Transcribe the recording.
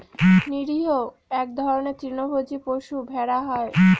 নিরীহ এক ধরনের তৃণভোজী পশু ভেড়া হয়